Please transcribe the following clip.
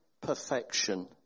perfection